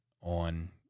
on